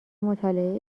مطالعه